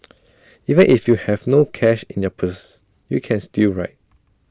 even if you have no cash in your purse you can still ride